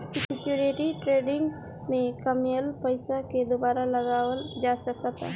security trading में कामयिल पइसा के दुबारा लगावल जा सकऽता